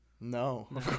No